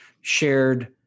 shared